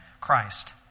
Christ